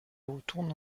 retourne